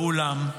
ואולם,